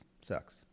sucks